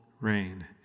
rain